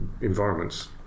environments